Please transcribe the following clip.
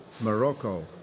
Morocco